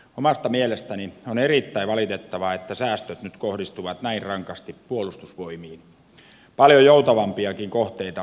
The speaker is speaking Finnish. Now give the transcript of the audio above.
omasta mielestäni on erittäin valitettavaa että säästöt nyt kohdistuvat näin rankasti puolustusvoimiin paljon joutavampiakin kohteita kun löytyy